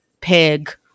pig